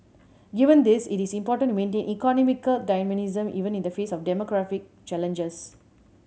given this it is important to maintain economic dynamism even in the face of demographic challenges